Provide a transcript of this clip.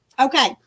Okay